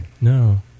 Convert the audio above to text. No